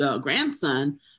grandson